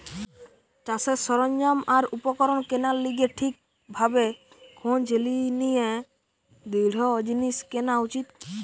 চাষের সরঞ্জাম আর উপকরণ কেনার লিগে ঠিক ভাবে খোঁজ নিয়ে দৃঢ় জিনিস কেনা উচিত